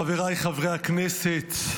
חבריי חברי הכנסת,